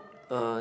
uh